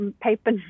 paper